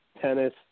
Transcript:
tennis